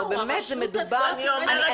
באמת, מדובר באוכלוסייה חלשה.